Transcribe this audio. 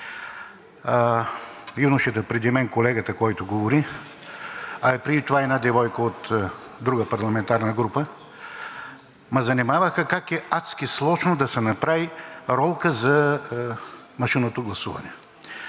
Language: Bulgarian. Юношата преди мен – колегата, който говори, а и преди това една девойка от друга парламентарна група ме занимаваха как е адски сложно да се направи ролка за машинното гласуване